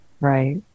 Right